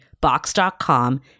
box.com